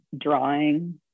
drawing